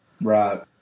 Right